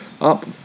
up